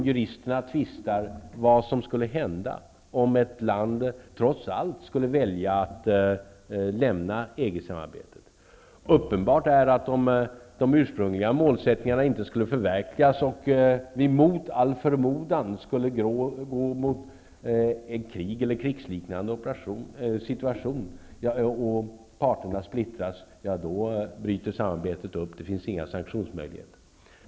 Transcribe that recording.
Juristerna tvistar om vad som skulle hända om ett land trots allt skulle välja att lämna EG samarbetet. Uppenbart är, att om de ursprungliga målsättningarna inte skulle förverkligas och vi mot all förmodan skulle gå mot ett krig eller krigsliknande situationer och parterna splittras, då bryter samarbetet upp. Det finns inga sanktionsmöjligheter.